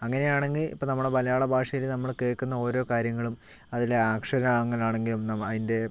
അങ്ങനെയാണങ്കിൽ ഇപ്പോൾ നമ്മുടെ മലയാള ഭാഷയില് ഇപ്പോ നമ്മള് കേൾക്കുന്ന ഓരോ കാര്യങ്ങളും അതിലെ ആക്ഷൻ അങ്ങനെ ആണെങ്കിലും അതിൻ്റെ